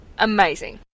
Amazing